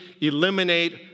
eliminate